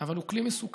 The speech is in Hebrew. אבל הוא כלי מסוכן,